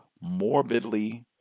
morbidly